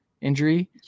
injury